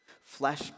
flesh